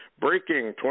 Breaking